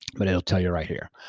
but it'll tell you right here.